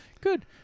Good